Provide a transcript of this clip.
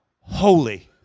holy